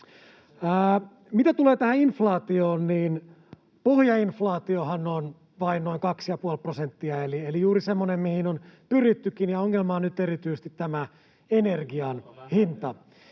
Mitä tulee tähän inflaatioon, niin pohjainflaatiohan on vain noin kaksi ja puoli prosenttia eli juuri semmoinen, mihin on pyrittykin, ja ongelma on nyt erityisesti tämä energian hinta.